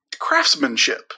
craftsmanship